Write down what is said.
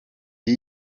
com